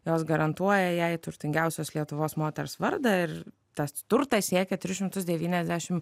jos garantuoja jai turtingiausios lietuvos moters vardą ir tas turtas siekia tris šimtus devyniasdešimt